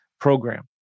program